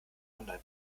online